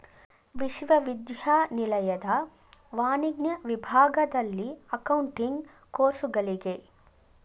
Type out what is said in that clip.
ವಿಶ್ವವಿದ್ಯಾನಿಲಯದ ವಾಣಿಜ್ಯ ವಿಭಾಗದಲ್ಲಿ ಅಕೌಂಟಿಂಗ್ ಕೋರ್ಸುಗಳಿಗೆ